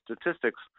statistics